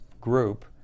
group